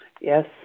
Yes